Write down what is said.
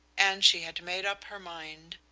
and she had made up her mind.